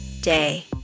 day